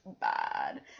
bad